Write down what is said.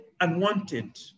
unwanted